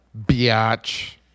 Biatch